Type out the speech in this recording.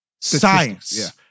science